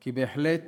כי בהחלט